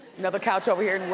another couch over here, and will